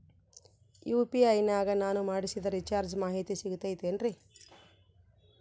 UPI ನಾಗ ನಾನು ಮಾಡಿಸಿದ ರಿಚಾರ್ಜ್ ಮಾಹಿತಿ ಸಿಗುತೈತೇನ್ರಿ?